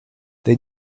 they